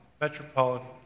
Metropolitan